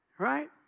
Right